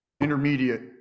intermediate